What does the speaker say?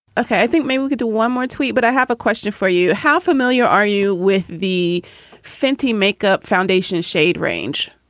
ok. i think maybe we'll get to one more tweet, but i have a question for you. how familiar are you with the fanti makeup foundation shade range?